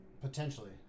Potentially